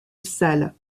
sale